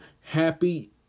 happy